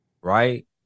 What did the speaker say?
Right